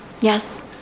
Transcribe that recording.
Yes